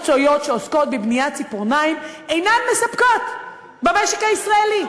הכשרות מקצועיות שעוסקות בבניית ציפורניים אינן מספקות במשק הישראלי.